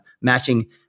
matching